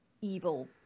evil